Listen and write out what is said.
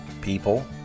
people